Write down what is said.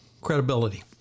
credibility